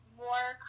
more